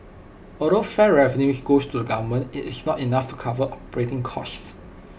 although fare revenue goes to the government IT is not enough to cover operating costs